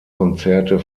konzerte